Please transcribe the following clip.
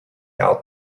out